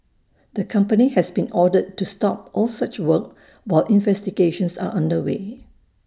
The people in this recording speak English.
the company has been ordered to stop all such work while investigations are under way